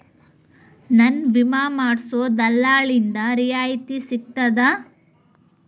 ನನ್ನ ವಿಮಾ ಮಾಡಿಸೊ ದಲ್ಲಾಳಿಂದ ರಿಯಾಯಿತಿ ಸಿಗ್ತದಾ?